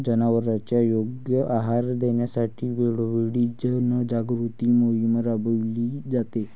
जनावरांना योग्य आहार देण्यासाठी वेळोवेळी जनजागृती मोहीम राबविली जाते